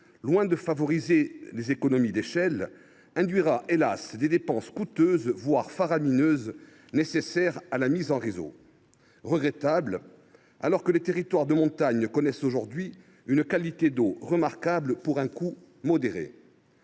loin de favoriser les économies d’échelle, induira, hélas ! des dépenses coûteuses, voire faramineuses, nécessaires à la mise en réseau. Ce serait regrettable alors que les territoires de montagne connaissent aujourd’hui une qualité d’eau remarquable pour un coût modéré.